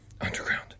Underground